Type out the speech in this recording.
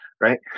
right